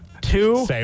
Two